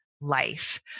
life